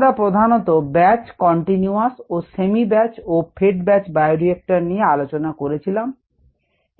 আমরা প্রধানত batch continuous ও সেমি ব্যাচ ও ফেড ব্যাচ বায়োরিক্টর নিয়ে আলোচনা করেছিলাম